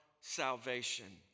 salvation